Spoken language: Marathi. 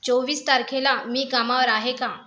चोवीस तारखेला मी कामावर आहे का